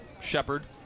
Shepard